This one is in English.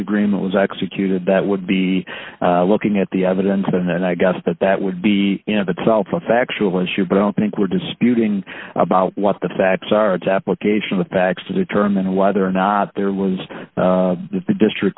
agreement was executed that would be looking at the evidence and then i guess that that would be you know that self a factual issue but i don't think we're disputing about what the facts are it's application with facts to determine whether or not there was that the district